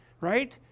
right